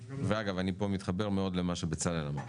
ואגב, אני פה מתחבר מאוד למה שבצלאל אמר.